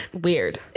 Weird